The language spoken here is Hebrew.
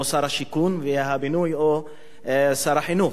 או שר השיכון והבינוי או שר החינוך,